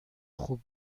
خوب